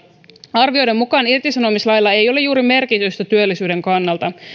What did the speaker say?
arvioiden mukaan irtisanomislailla ei ole juuri merkitystä työllisyyden kannalta